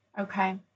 Okay